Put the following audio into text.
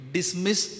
Dismiss